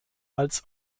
als